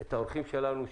את האורחים שלנו,